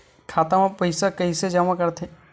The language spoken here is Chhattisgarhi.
खाता म पईसा कइसे जमा करथे?